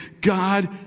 God